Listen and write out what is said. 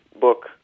book